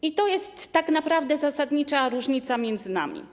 I to jest tak naprawdę zasadnicza różnica między nami.